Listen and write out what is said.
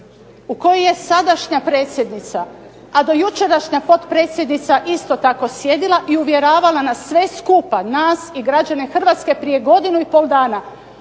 u kojoj je sadašnja predsjednica, a dojučerašnja potpredsjednica isto tako sjedila i uvjeravala nas sve skupa, nas i građane Hrvatske prije godinu i pol dana